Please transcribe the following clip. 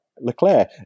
Leclerc